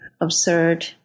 absurd